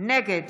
נגד